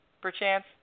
Perchance